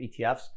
ETFs